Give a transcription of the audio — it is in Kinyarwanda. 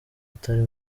atari